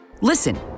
Listen